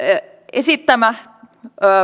esittämä